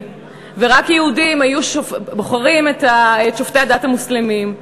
ורק יהודים היו בוחרים את שופט הדת המוסלמית.